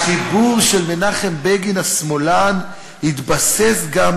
החיבור של מנחם בגין השמאלן התבסס גם